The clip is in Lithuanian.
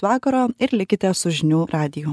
vakaro ir likite su žinių radiju